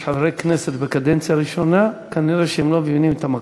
שיש חברי כנסת שהם בקדנציה הראשונה שלהם וכנראה הם לא מבינים את המקום.